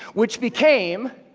which became,